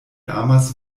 amas